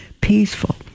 peaceful